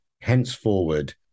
henceforward